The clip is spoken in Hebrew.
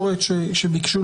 הנוכחית.